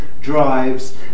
drives